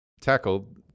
tackle